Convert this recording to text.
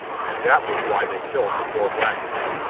and that was why they killed the poor black man.